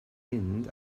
mynd